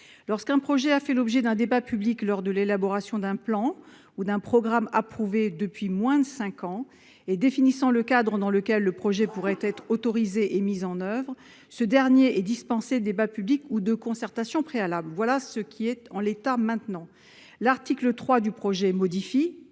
Lorsqu'un projet a fait l'objet d'un débat public lors de l'élaboration d'un plan ou d'un programme approuvé depuis moins de cinq ans et définissant le cadre dans lequel le projet pourrait être autorisé et mis en oeuvre, ce dernier est dispensé de débat public ou de concertation préalable. » L'article 3 du projet de